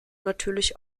natürlich